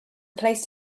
placed